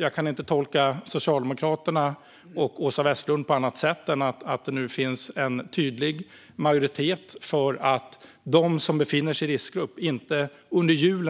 Jag kan inte tolka Socialdemokraterna och Åsa Westlund på annat sätt än att det nu finns en tydlig majoritet för att de som befinner sig i riskgrupp inte